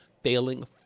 failing